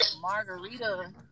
margarita